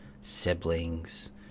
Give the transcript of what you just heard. siblings